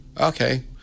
Okay